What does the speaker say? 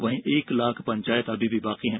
वहीं एक लाख पंचायत अभी बाकी हैं